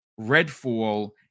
Redfall